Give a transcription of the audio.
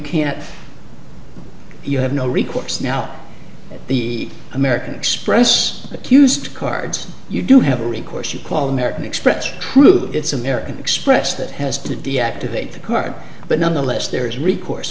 can't you have no recourse now the american express accused cards you do have a recourse you call american express true it's american express that has been deactivate the card but nonetheless there is recourse